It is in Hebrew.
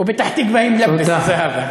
ופתח-תקווה היא מלבס, זהבה.